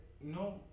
no